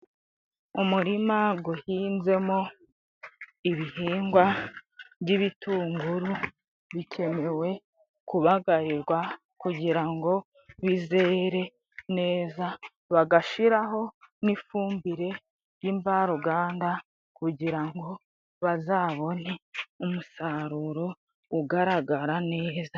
Umurima guhinzemo ibihingwa by'ibitunguru bikenewe kubagarirwa kugira ngo bizere neza, bagashiraho n'ifumbire y 'imvaruganda kugira ngo bazabone umusaruro ugaragara neza.